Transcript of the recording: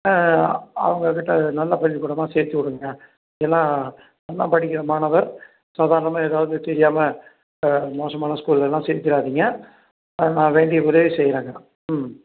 ஆஆ அவங்கக்கிட்ட நல்ல பள்ளிக்கூடமாக சேர்த்தி விடுங்க ஏன்னா நல்லா படிக்கிற மாணவர் சாதாரணமாக ஏதாவது தெரியாமல் மோசமான ஸ்கூல்லலாம் சேர்த்துராதிங்க நா வேண்டிய உதவியை செய்கிறேங்க ம்